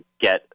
get